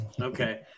Okay